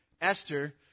Esther